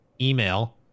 email